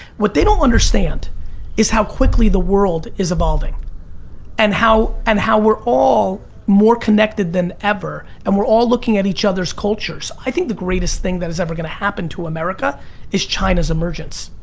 what they don't understand is how quickly the world is evolving and how and how we're all more connected than ever. and we're all looking at each other's cultures. i think the greatest thing that has ever going to happen to america is china's emergence.